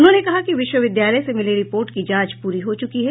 उन्होंने कहा कि विश्वविद्यालय से मिले रिपोर्ट की जांच पूरी हो चुकी है